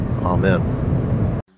Amen